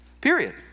Period